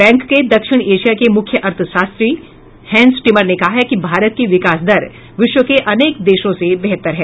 bank के दक्षिण Asia के मुख्य अर्थशास्त्री हैंस टिमर ने कहा है कि भारत की विकास दर विश्व के अनेक देशों से बेहतर है